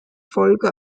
folge